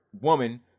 woman